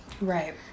Right